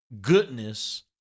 goodness